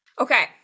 Okay